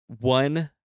one